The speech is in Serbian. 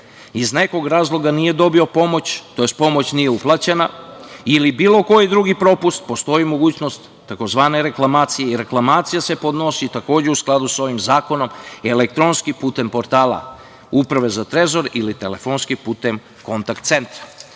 iz nekog razloga nije dobio pomoć, tj. pomoć nije uplaćena ili bilo koji drugi propust, postoji mogućnost tzv. reklamacije. Reklamacija se podnosi u skladu sa ovim zakonom elektronski putem portala Uprave za trezor ili telefonskim putem kontakt centra.